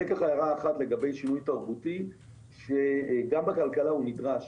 זו הערה אחת לגבי שינוי תרבותי שגם בכלכלה הוא נדרש.